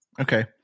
Okay